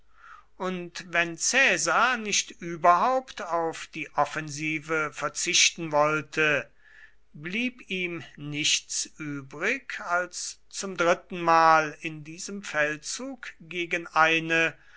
und wenn caesar nicht überhaupt auf die offensive verzichten wollte blieb ihm nichts übrig als zum drittenmal in diesem feldzug gegen eine